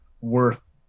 worth